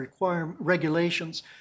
regulations